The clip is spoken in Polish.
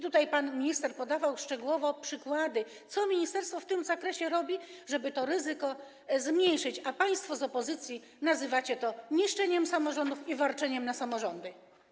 Tutaj pan minister podawał szczegółowo przykłady, co ministerstwo w tym zakresie robi, żeby to ryzyko zmniejszyć, a państwo z opozycji nazywacie to niszczeniem samorządów i warczeniem na samorządy.